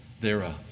thereof